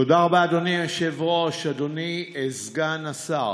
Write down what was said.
תודה רבה, אדוני היושב-ראש, אדוני סגן השר,